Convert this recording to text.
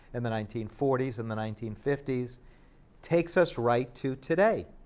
and the nineteen forty s, in the nineteen fifty s takes us right to today.